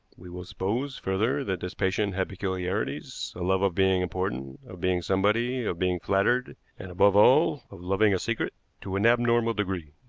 we will suppose, further, that this patient had peculiarities a love of being important, of being somebody, of being flattered, and above all of loving a secret to an abnormal degree.